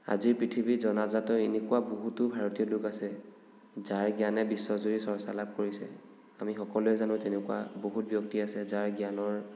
আজিৰ পৃথিৱীত জনাজাত এনেকুৱা বহুতো ভাৰতীয় লোক আছে যাৰ জ্ঞানে বিশ্বজুৰি চৰ্চা লাভ কৰিছে আমি সকলোৱে জানোঁ তেনেকুৱা বহুত ব্যক্তি আছে যাৰ জ্ঞানৰ